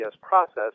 process